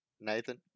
Nathan